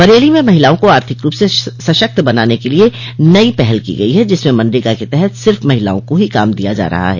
बरेली में महिलाओं को आर्थिक रूप से सशक्त बनाने के लिये नई पहल की गई है जिसमें मनरेगा के तहत सिर्फ महिलाओं का ही काम दिया जा रहा है